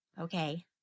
Okay